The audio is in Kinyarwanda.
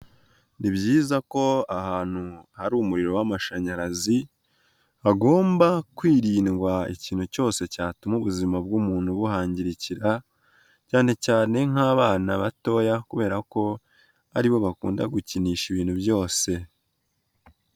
Ni byiza ko ahantu hari umuriro w'amashanyarazi, hagomba kwirindwa ikintu cyose cyatuma ubuzima bw'umuntu buhangirikira, cyane cyane nk'abana batoya kubera ko ari bo bakunda gukinisha ibintu byose.